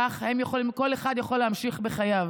כך הם יכולים, כל אחד יכול להמשיך בחייו.